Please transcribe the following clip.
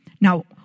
Now